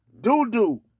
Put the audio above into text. doo-doo